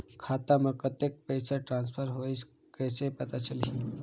खाता म कतेक पइसा ट्रांसफर होईस कइसे पता चलही?